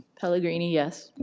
pellegrini, yes.